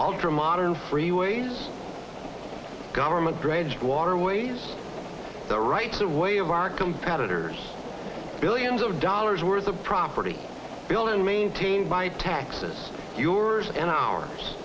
ultra modern freeways government bridge waterways the rights of way of our competitors billions of dollars worth of property billion maintained by texas yours and our